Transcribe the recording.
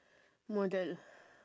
model